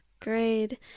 Great